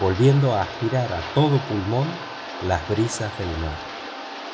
viniendo a aspirar a todo pulmón las brisas del mar